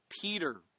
Peter